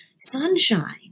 sunshine